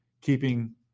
keeping